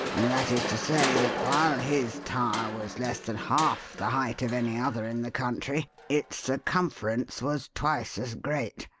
that is to say, that while his tower was less than half the height of any other in the country, its circumference was twice as great,